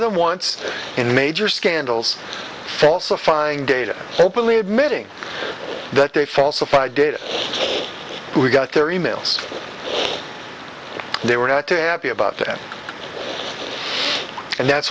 than once in major scandals falsifying data openly admitting that they falsified data who got their e mails they were not to happy about that and that's